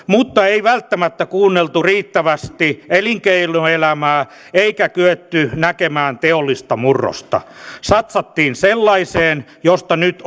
mutta ei välttämättä kuunneltu riittävästi elinkeinoelämää eikä kyetty näkemään teollista murrosta satsattiin sellaiseen josta nyt